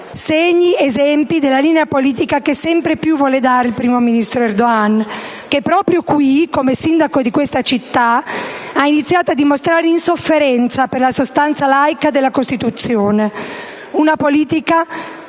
segni, esempi della linea politica che sempre più vuole dare il primo ministro Erdogan, che proprio qui, come sindaco di questa città, ha iniziato a mostrare insofferenza per la sostanza laica della Costituzione. La sua politica